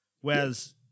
Whereas